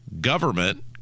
Government